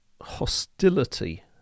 hostility